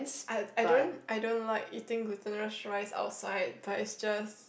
I I don't I don't like eating glutinous rice outside but it's just